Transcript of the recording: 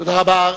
תודה רבה.